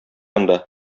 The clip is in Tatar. анда